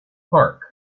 park